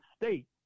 state